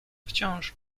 wciąż